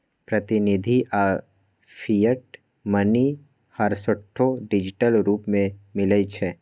प्रतिनिधि आऽ fiat money हरसठ्ठो डिजिटल रूप में मिलइ छै